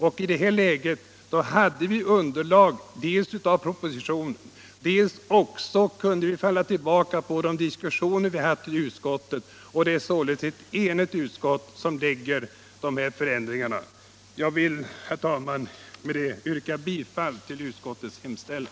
Och i det här läget hade vi dels underlag i propositionen, dels kunde vi falla tillbaka på de diskussioner vi fört i utskottet. Det är således ett enigt utskott som föreslår de här förändringarna. Jag vill, herr talman, med detta yrka bifall till utskottets hemställan.